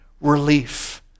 relief